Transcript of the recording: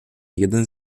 jeden